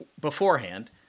beforehand